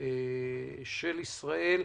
של ישראל,